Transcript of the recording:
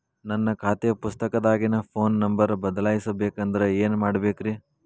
ನನ್ನ ಖಾತೆ ಪುಸ್ತಕದಾಗಿನ ಫೋನ್ ನಂಬರ್ ಬದಲಾಯಿಸ ಬೇಕಂದ್ರ ಏನ್ ಮಾಡ ಬೇಕ್ರಿ?